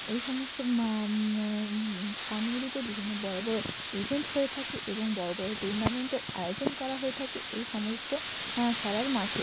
এই সমস্ত মা স্থানগুলিতে বিভিন্ন বড়ো বড়ো ইভেন্ট হয়ে থাকে এবং বড়ো বড়ো টুর্নামেন্টের আয়োজন করা হয়ে থাকে এই সমস্ত খেলার মাঠে